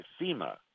FEMA